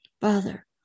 Father